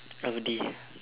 audi